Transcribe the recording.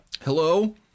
Hello